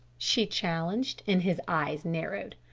she challenged, and his eyes narrowed.